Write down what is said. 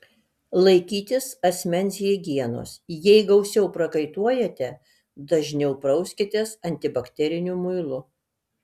laikytis asmens higienos jei gausiau prakaituojate dažniau prauskitės antibakteriniu muilu